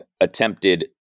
attempted